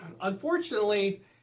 unfortunately